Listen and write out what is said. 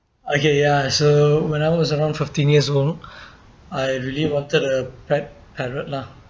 okay ya so when I was around fifteen years old I really wanted a pet parrot lah